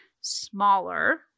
smaller